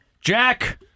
Jack